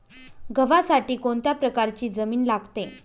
गव्हासाठी कोणत्या प्रकारची जमीन लागते?